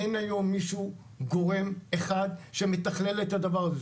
אין היום מישהו, גורם, אחד שמתכלל את הדבר הזה.